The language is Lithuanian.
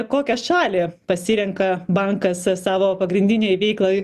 kokią šalį pasirenka bankas savo pagrindinei veiklai